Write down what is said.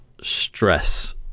stress